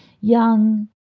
young